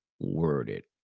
worded